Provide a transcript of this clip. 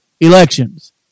elections